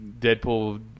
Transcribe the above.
Deadpool